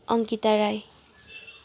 Ankita Rai